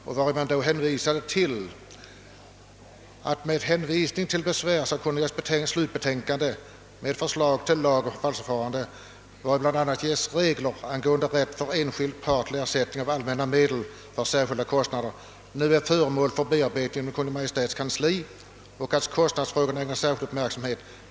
Utskottet hänvisar i detta sammanhang till att »besvärssakkunnigas slutbetänkande med förslag till lag om förvaltningsförfarandet, vari bl.a. ges regler angående rätt för enskild part till ersättning av allmänna medel för särskilda kostnader, nu är föremål för bearbetning inom Kungl. Maj:ts kansli och att kostnadsfrågan ägnas särskild uppmärksamhet.